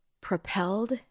propelled